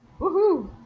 Woohoo